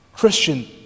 Christian